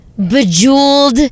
Bejeweled